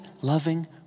loving